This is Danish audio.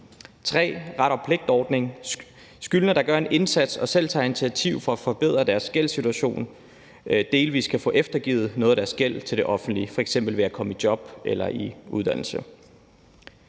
en ret og pligt-ordning, hvor skyldnere, der gør en indsats og selv tager initiativ for at forbedre deres gældssituation, delvis kan få eftergivet noget af deres gæld til det offentlige, f.eks. ved at komme i job eller i uddannelse